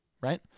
right